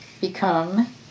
become